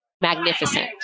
magnificent